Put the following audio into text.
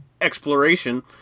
exploration